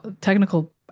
technical